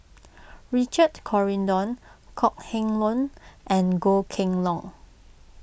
Richard Corridon Kok Heng Leun and Goh Kheng Long